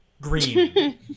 green